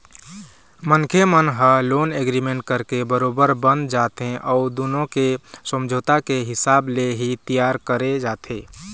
मनखे मन ह लोन एग्रीमेंट करके बरोबर बंध जाथे अउ दुनो के समझौता के हिसाब ले ही तियार करे जाथे